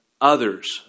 others